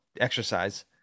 exercise